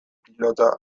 pilota